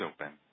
open